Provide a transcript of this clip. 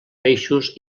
peixos